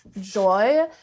joy